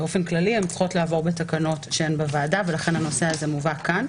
באופן כללי הן צריכות לעבור בתקנות בוועדה ולכן הנושא הזה מובא לכאן.